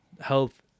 health